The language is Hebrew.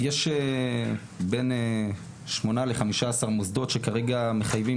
יש בין שמונה ל-15 מוסדות שמחייבים